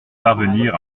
parvenir